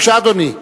בבקשה, אדוני.